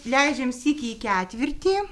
leidžiam sykį į ketvirtį